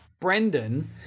Brendan